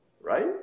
right